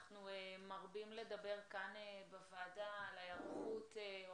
אנחנו מרבים לדבר כאן בוועדה על ההיערכות או